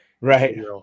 Right